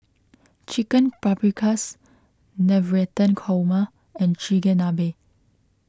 Chicken Paprikas Navratan Korma and Chigenabe